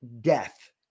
death